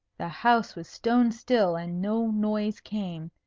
the house was stone still, and no noise came,